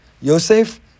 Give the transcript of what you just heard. Yosef